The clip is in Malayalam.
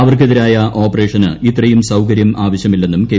അവർക്കെതിരായ ഓപ്പറേഷന് ഇത്രയും സൌകര്യം ആവശ്യമില്ലെന്നും കെ